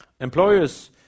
Employers